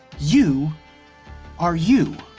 you are, you.